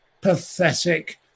Pathetic